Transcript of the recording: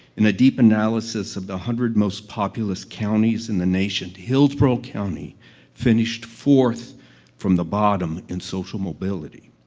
in a deep analysis of the hundred most-populous counties in the nation, hillsborough county finished fourth from the bottom in social mobility.